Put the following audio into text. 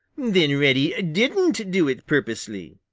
then reddy didn't do it purposely!